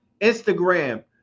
Instagram